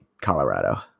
Colorado